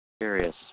curious